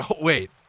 wait